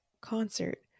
concert